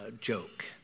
joke